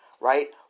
right